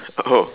oh